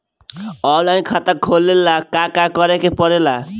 Online खाता खोले ला का का करे के पड़े ला?